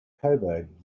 coburg